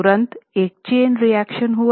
तुरंत एक chain reaction हुआ